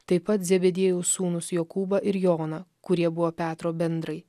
taip pat zebediejaus sūnus jokūbą ir joną kurie buvo petro bendrai